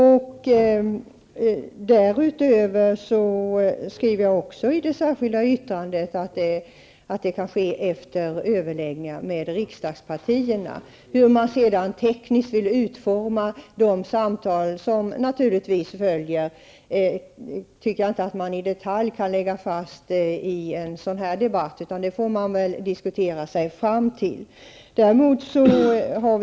Vidare säger jag i mitt särskilda yttrande att detta kan ske efter det att överläggningar med riksdagspartierna har förekommit. Hur man sedan tekniskt skall utforma de samtal som, naturligtvis, följer här tycker jag att det i en debatt som denna inte går att i detalj lägga fast. Jag tror att man får föra diskussioner för att den vägen komma fram till hur man vill ha det.